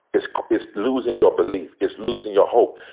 it's it's losing your belief. it's losing your hope.